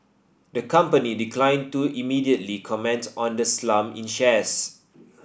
the company declined to immediately comment on the slump in shares